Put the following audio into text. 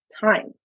time